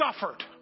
suffered